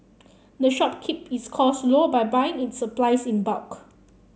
the shop keep its costs low by buying its supplies in bulk